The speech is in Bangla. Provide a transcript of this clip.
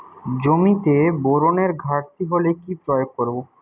জমিতে বোরনের ঘাটতি হলে কি প্রয়োগ করব?